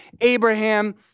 Abraham